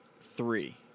three